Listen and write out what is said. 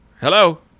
hello